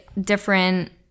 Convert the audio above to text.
different